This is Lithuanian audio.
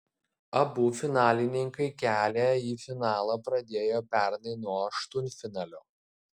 abu finalininkai kelią į finalą pradėjo pernai nuo aštuntfinalio